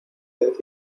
decir